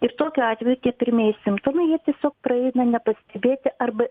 ir tokiu atveju tie pirmieji simptomai jie tiesiog praeina nepastebėti arba